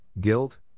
guilt